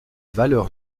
valeur